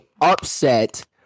upset